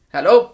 Hello